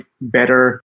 better